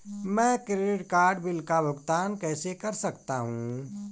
मैं credit card bill का भुगतान कैसे कर सकता हूं?